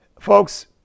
Folks